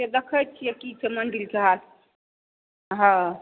से देखै छियै की छै मंदिल के हाल हँ